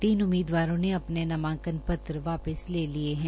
तीन उमीदवारों ने अपने नामांकन पत्र वापिस ले लिए हैं